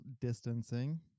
distancing